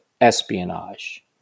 espionage